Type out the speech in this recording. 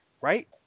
right